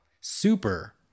Super